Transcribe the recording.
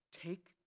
take